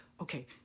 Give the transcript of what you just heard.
okay